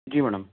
जी madam